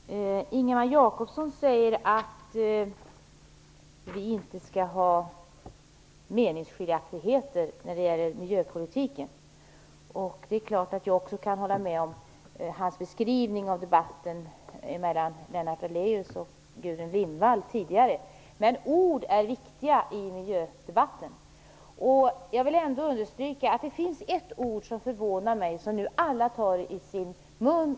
Herr talman! Ingemar Josefsson säger att vi inte skall ha meningsskiljaktigheter när det gäller miljöpolitiken. Det är klart att jag också kan hålla med om hans beskrivning av debatten mellan Lennart Daléus och Gudrun Lindvall tidigare. Men ord är viktiga i miljödebatten. Jag vill ändå understryka att det finns ett ord som förvånar mig och som nu alla tar i sin mun.